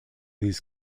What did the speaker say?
these